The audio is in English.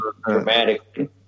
dramatically